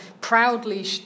proudly